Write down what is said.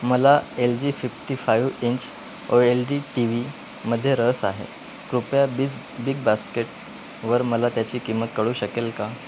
मला L G fifty five inch O L D T व्हीमध्ये रस आहे कृपया बीज बिग बास्केटवर मला त्याची किंमत कळू शकेल का